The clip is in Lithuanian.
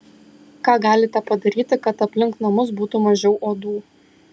ką galite padaryti kad aplink namus būtų mažiau uodų